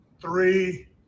three